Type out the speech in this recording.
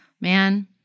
man